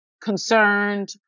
concerned